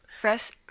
fresh